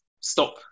stop